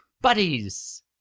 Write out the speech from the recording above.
Buddies